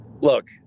look